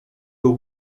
był